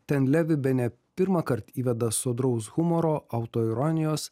ten levi bene pirmąkart įveda sodraus humoro autoironijos